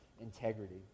integrity